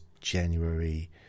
January